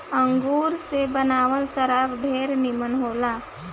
अंगूर से बनावल शराब ढेरे निमन होला